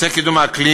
קידום אקלים